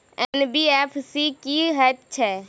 NBFC की हएत छै?